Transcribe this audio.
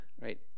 right